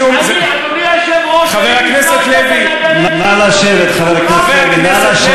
חבר הכנסת לוי, נא לשבת, חבר הכנסת לוי.